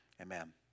Amen